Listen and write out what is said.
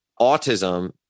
autism